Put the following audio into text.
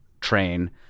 train